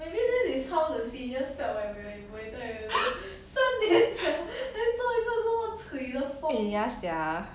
eh ya sia